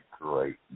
great